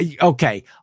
okay